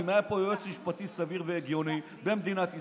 אם היה פה יועץ משפטי סביר והגיוני במדינת ישראל,